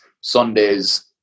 Sundays